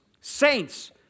saints